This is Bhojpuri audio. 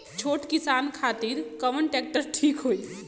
छोट किसान खातिर कवन ट्रेक्टर ठीक होई?